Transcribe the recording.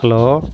hello